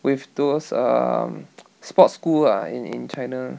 with those um sports school lah in in china